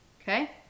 okay